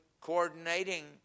coordinating